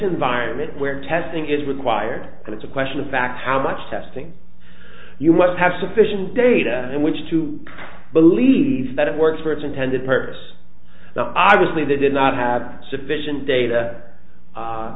environment where testing is required and it's a question of fact how much testing you want to have sufficient data and which to believe that it works for its intended purpose obviously they did not have sufficient data